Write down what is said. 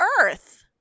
earth